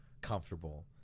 comfortable